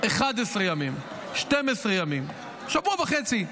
11 ימים, 12 ימים, שבוע וחצי.